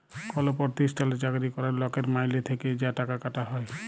call পরতিষ্ঠালে চাকরি ক্যরা লকের মাইলে থ্যাকে যা টাকা কাটা হ্যয়